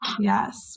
Yes